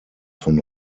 von